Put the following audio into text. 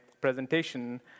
presentation